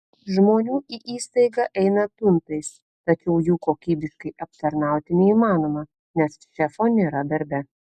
žmonių į įstaigą eina tuntais tačiau jų kokybiškai aptarnauti neįmanoma nes šefo nėra darbe